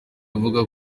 avuga